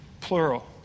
plural